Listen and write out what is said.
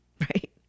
right